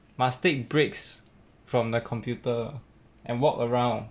must take breaks from the computer and walk around